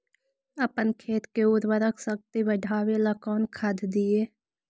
अपन खेत के उर्वरक शक्ति बढावेला कौन खाद दीये?